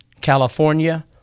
California